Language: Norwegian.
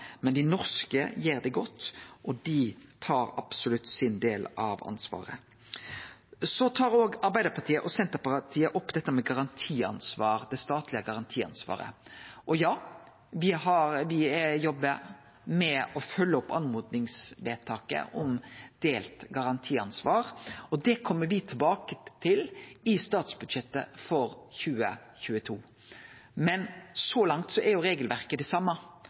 men dei norske gjer det godt, og dei tar absolutt sin del av ansvaret. Arbeidarpartiet og Senterpartiet tar opp dette med garantiansvar, det statlege garantiansvaret. Ja, me jobbar med å følgje opp oppmodingsvedtaket om delt garantiansvar, og det kjem me tilbake til i statsbudsjettet for 2022, men så langt er regelverket det same.